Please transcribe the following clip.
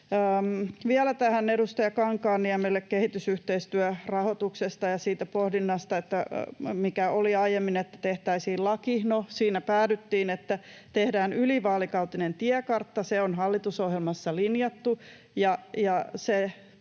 Vielä edustaja Kankaanniemelle tähän kehitysyhteistyörahoitukseen ja siihen aiempaan pohdintaan, että tehtäisiin laki. No siinä päädyttiin siihen, että tehdään ylivaalikautinen tiekartta. Se on hallitusohjelmassa linjattu